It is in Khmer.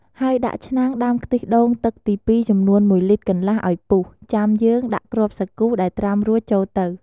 ហើយដាក់ឆ្នាំងដាំខ្ទិះដូងទឹកទីពីរចំនូន១លីត្រកន្លះឱ្យពុះ ចាំយើងដាក់គ្រាប់សាគូដែលត្រាំរួចចូលទៅ។